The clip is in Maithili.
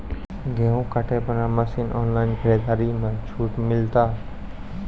गेहूँ काटे बना मसीन ऑनलाइन खरीदारी मे छूट मिलता?